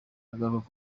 agaruka